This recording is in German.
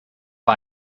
war